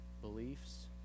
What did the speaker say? beliefs